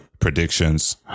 predictions